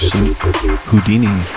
Houdini